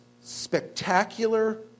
spectacular